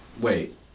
Wait